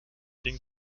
den